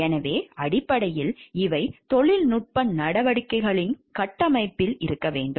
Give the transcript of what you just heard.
எனவே அடிப்படையில் இவை தொழில்நுட்ப நடவடிக்கைகளின் கட்டமைப்பில் இருக்க வேண்டும்